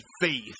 faith